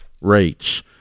rates